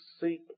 seek